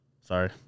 Sorry